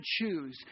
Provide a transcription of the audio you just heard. choose